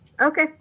Okay